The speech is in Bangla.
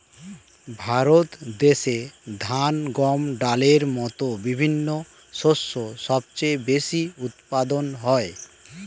ভারত দেশে ধান, গম, ডালের মতো বিভিন্ন শস্য সবচেয়ে বেশি উৎপাদন হয়